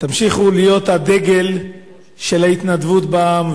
תמשיכו להיות הדגל של ההתנדבות בעם,